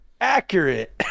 Accurate